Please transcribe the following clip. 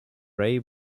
ray